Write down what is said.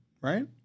right